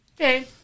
Okay